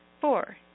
Four